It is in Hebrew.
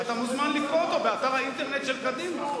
אתה מוזמן לקרוא אותו באתר האינטרנט של קדימה.